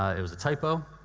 it was a typo,